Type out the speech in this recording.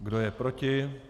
Kdo je proti?